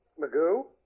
Magoo